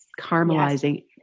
caramelizing